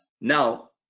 Now